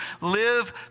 live